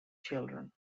children